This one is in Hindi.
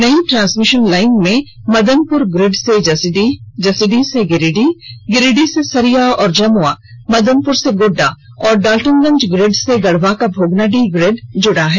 नई ट्रांसमिशन लाइन में मदनपुर ग्रिड से जसीडीह जसीडीह से गिरिडीह गिरिडीह से सरिया और जमुआ मदनपुर से गोड्डा और डाल्टेनगंज ग्रिड से गढ़वा का भागोडीह ग्रिड जुड़ा है